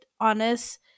honest